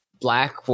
black